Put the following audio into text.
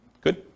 Good